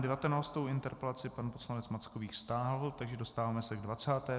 Devatenáctou interpelaci pan poslanec Mackovík stáhl, takže se dostáváme k dvacáté.